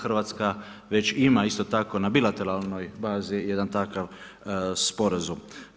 Hrvatska već ima isto tako na bilateralnoj bazi jedan takav sporazum.